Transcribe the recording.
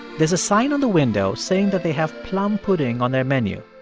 there's a sign on the window saying that they have plum pudding on their menu.